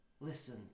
Listen